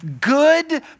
Good